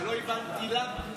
ולא הבנתי למה.